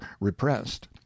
repressed